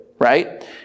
Right